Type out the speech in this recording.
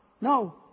No